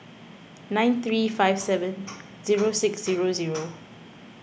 nine three five seven zero six zero zero